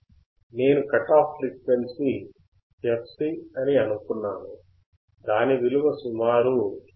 నేను cut off frequency fc అని అనుకున్నాను దాని విలువ సుమారు 159